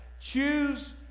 Choose